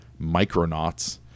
Micronauts